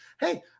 Hey